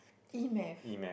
E math